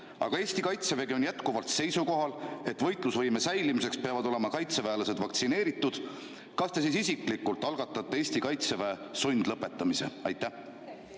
aga Eesti Kaitsevägi on jätkuvalt seisukohal, et võitlusvõime säilimiseks peavad olema kaitseväelased vaktsineeritud, kas te siis isiklikult algatate Eesti Kaitseväe sundlõpetamise? Suur